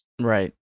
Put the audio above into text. Right